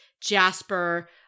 Jasper